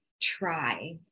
try